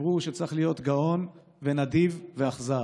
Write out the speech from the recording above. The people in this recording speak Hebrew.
דיברו שצריך להיות גאון ונדיב ואכזר,